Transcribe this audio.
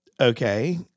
okay